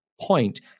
point